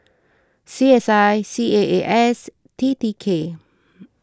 C S I C A A S T T K